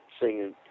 singing